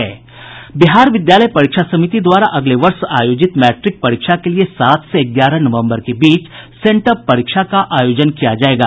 बिहार विद्यालय परीक्षा समिति द्वारा अगले वर्ष आयोजित मैट्रिक परीक्षा के लिए सात से ग्यारह नवम्बर के बीच सेंटअप परीक्षा का आयोजन किया जायेगा